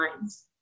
minds